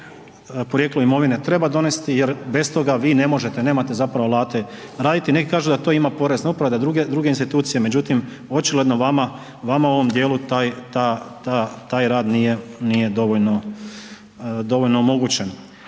Zakon o porijeklu imovine treba donesti jer bez toga vi ne možete, nemate zapravo alate raditi. Neki kažu da to ima Porezna uprava da druge institucije, međutim očigledno vama u ovom dijelu taj rad nije dovoljno omogućen.